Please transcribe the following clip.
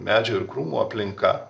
medžių ir krūmų aplinka